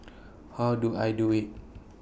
how do I do IT